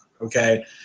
okay